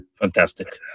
Fantastic